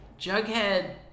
jughead